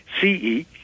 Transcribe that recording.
C-E